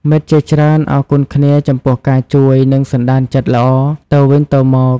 មិត្តជាច្រើនអរគុណគ្នាចំពោះការជួយ និងសណ្ដានចិត្តល្អទៅវិញទៅមក។